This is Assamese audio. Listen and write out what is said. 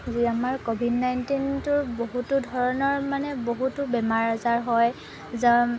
যি আমাৰ ক'ভিড নাইণ্টিনটোৰ বহুতো ধৰণৰ মানে বহুতো বেমাৰ আজাৰ হয় জ্বৰ